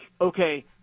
okay